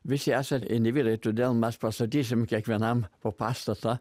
visi esam individai todėl mes pastatysim kiekvienam po pastatą